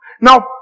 Now